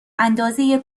اندازه